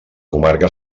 comarca